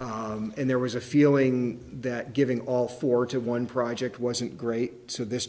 and there was a feeling that giving all four to one project wasn't great so this